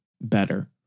better